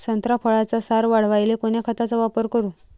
संत्रा फळाचा सार वाढवायले कोन्या खताचा वापर करू?